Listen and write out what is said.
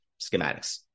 schematics